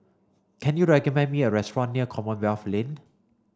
can you recommend me a restaurant near Commonwealth Lane